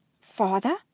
Father